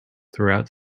throughout